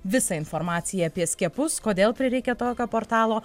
visą informaciją apie skiepus kodėl prireikė tokio portalo